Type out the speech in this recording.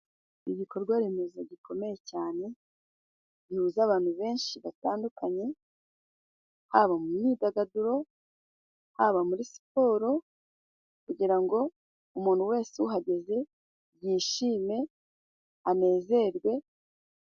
Igikorwa remezo gikomeye cyane gihuza abantu benshi batandukanye, haba mu myidagaduro, haba muri siporo kugira ngo umuntu wese uhageze yishime anezerwe.